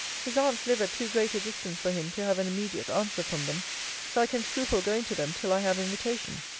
his aunts live at too great a distance for him to have an immediate answer from them so i can scruple going to them till i have invitation.